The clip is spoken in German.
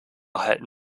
halten